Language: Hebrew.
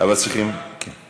אבל צריכים, כן.